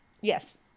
Yes